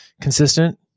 Consistent